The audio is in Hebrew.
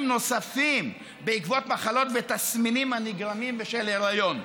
נוספים בעקבות מחלות ותסמינים הנגרמים בשל היריון,